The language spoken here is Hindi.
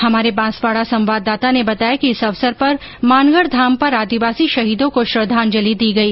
हमारे बांसवाड़ा संवाददाता ने बताया कि इस अवसर पर मानगढ़ धाम पर आदिवासी शहीदों को श्रद्वांजलि दी गई